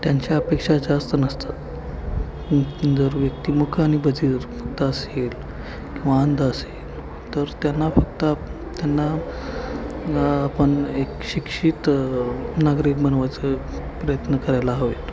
त्यांच्या अपेक्षा जास्त नसतात जर व्यक्ती मुक आणि बधीर फक्त असेल किंवा अंध असेल तर त्यांना फक्त त्यांना आपण एक शिक्षित नागरिक बनवायचं प्रयत्न करायला हवेत